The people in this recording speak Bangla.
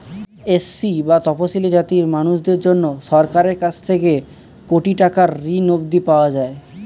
এস.সি বা তফশিলী জাতির মানুষদের জন্যে সরকারের কাছ থেকে কোটি টাকার ঋণ অবধি পাওয়া যায়